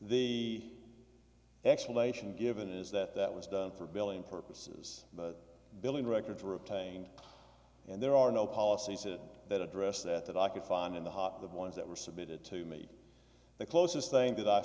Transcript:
house explanation given is that that was done for billing purposes the billing records were obtained and there are no policies at that address that i could find in the hop the ones that were submitted to me the closest thing that i